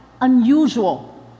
unusual